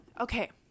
Okay